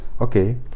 okay